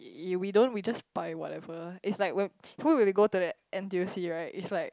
y~ we don't we just buy whatever it's like when when we go to the N_T_U C right it's like